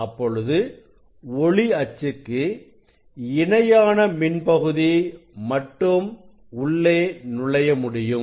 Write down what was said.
அப்பொழுது ஒளி அச்சுக்கு இணையான மின் பகுதி மட்டும் உள்ளே நுழைய முடியும்